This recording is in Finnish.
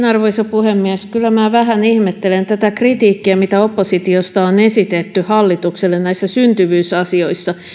arvoisa puhemies kyllä minä vähän ihmettelen tätä kritiikkiä mitä oppositiosta on esitetty hallitukselle näissä syntyvyysasioissa